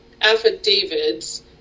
affidavits